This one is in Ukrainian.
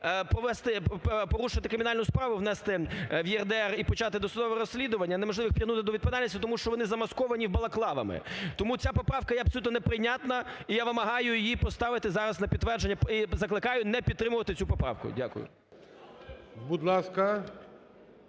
порушити кримінальну справу, внести в ЄРДР і почати досудове розслідування, неможливо притягнути до відповідальності, тому що вони замасковані балаклавами. Тому ця поправка є абсолютно неприйнятна, і я вимагаю її поставити зараз на підтвердження і закликаю не підтримувати цю поправку. Дякую. ГОЛОВУЮЧИЙ.